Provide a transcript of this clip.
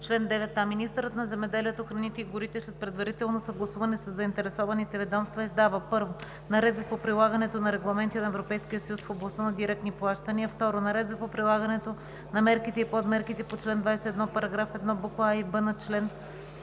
„Чл. 9а. Министърът на земеделието, храните и горите, след предварително съгласуване със заинтересованите ведомства, издава: 1. наредби по прилагане на регламенти на Европейския съюз в областта на директните плащания; 2. наредби по прилагането на мерките и подмерките по чл. по чл. 21, параграф 1, буква „а“ и „б“, чл.